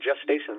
gestation